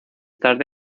tarde